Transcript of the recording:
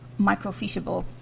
microficheable